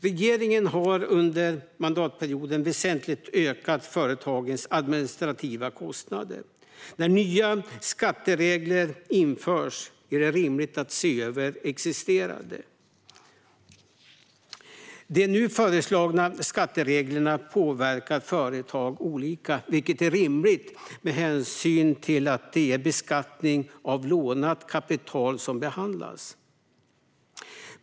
Regeringen har under mandatperioden väsentligt ökat företagens administrativa kostnader. När nya skatteregler införs är det rimligt att se över existerande. De nu föreslagna skattereglerna påverkar företag olika, vilket är rimligt med hänsyn till att det är beskattning av lånat kapital som behandlas.